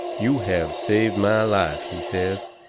you have saved my life, he says,